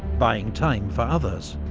buying time for others?